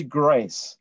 grace